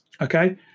Okay